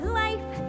life